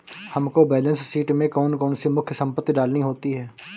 हमको balance sheet में कौन कौन सी मुख्य संपत्ति डालनी होती है?